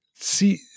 See